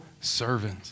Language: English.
servant